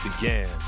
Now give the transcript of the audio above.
began